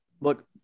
look